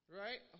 right